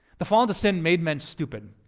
the fall into sin made men stupid